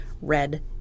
red